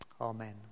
Amen